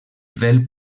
vel